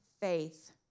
faith